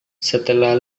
setelah